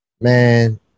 Man